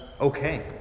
okay